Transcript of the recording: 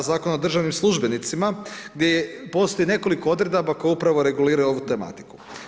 A Zakon o državnim službenicima gdje je postoji nekoliko odredaba koje upravo reguliraju ovu tematiku.